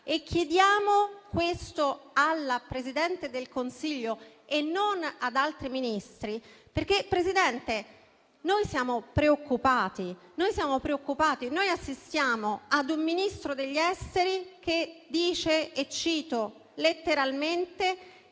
Chiediamo questo alla Presidente del Consiglio e non ad altri Ministri perché siamo preoccupati, in quanto sentiamo un Ministro degli affari esteri dire letteralmente: